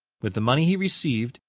with the money he received,